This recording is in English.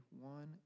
one